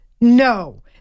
No